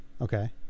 Okay